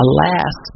Alas